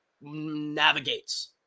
navigates